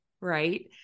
right